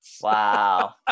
wow